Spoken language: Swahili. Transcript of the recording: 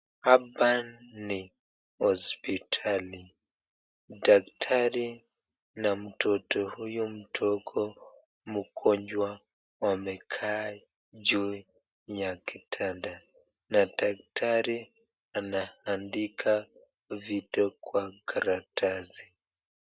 Hapa ni hospitali ,daktari na mtoto huyo mgonjwa wamekaa ju ya kitanda na daktari anaandika vitu Kwa karatasi.